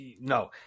no